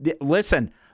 Listen